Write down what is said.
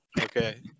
Okay